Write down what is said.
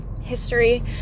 history